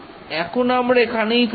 এখন আমরা এখানেই থাকবো